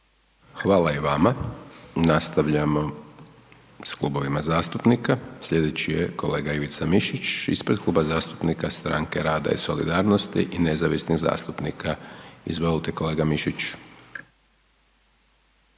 Hvala i vama. Nastavljamo s klubovima zastupnika. Sljedeći je kolega Ivica Mišić ispred Kluba zastupnika Stranke rada i solidarnosti i nezavisnih zastupnika. Izvolite kolega Mišić.